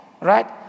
Right